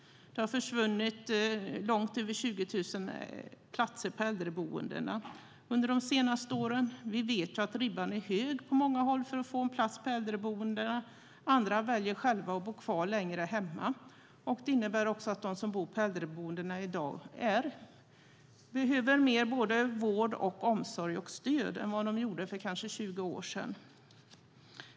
Det har försvunnit långt över 20 000 platser på äldreboendena under de senaste åren. Vi vet att ribban är hög på många håll för att få en plats på ett äldreboende. Andra väljer själva att bo kvar längre hemma. Det innebär också att de som bor på äldreboendena i dag behöver mer vård, omsorg och stöd än vad de gjorde för kanske 20 år sedan.